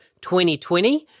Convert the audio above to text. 2020